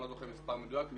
אני לא זוכר מספר מדויק.